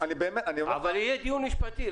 אבל יהיה דיון משפטי.